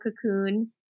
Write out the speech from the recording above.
cocoon